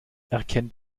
erkennt